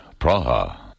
Praha